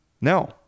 no